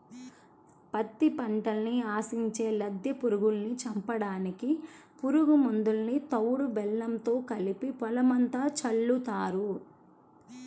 పత్తి పంటని ఆశించే లద్దె పురుగుల్ని చంపడానికి పురుగు మందుని తవుడు బెల్లంతో కలిపి పొలమంతా చల్లుతారు